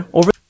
over